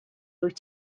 rwyt